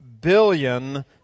billion